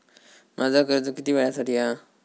माझा कर्ज किती वेळासाठी हा?